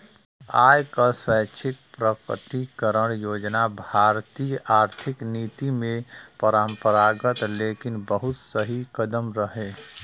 आय क स्वैच्छिक प्रकटीकरण योजना भारतीय आर्थिक नीति में अपरंपरागत लेकिन बहुत सही कदम रहे